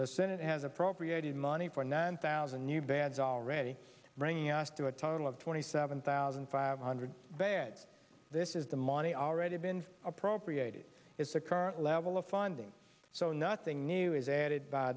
the senate has appropriated money for nine thousand new bads already bringing us to a total of twenty seven thousand five hundred bags this is the money already been appropriated is the current level of funding so nothing new is added by